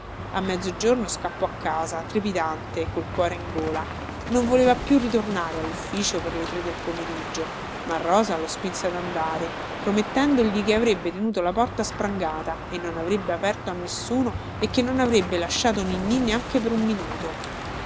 a mezzogiorno scappò a casa trepidante col cuore in gola non voleva più ritornare allufficio per le tre del pomeriggio ma rosa lo spinse ad andare promettendogli che avrebbe tenuto la porta sprangata e non avrebbe aperto a nessuno e che non avrebbe lasciato ninnì neanche per un minuto